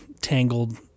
tangled